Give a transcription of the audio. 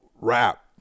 rap